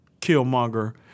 Killmonger